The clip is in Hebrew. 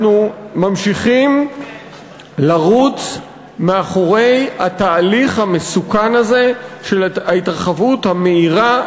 אנחנו ממשיכים לרוץ אחרי התהליך המסוכן הזה של ההתרחבות המהירה,